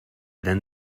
denn